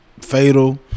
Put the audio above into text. fatal